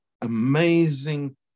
amazing